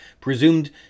presumed